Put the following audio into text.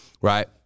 right